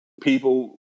people